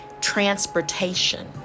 transportation